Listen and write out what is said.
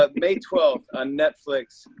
ah may twelfth, on netflix,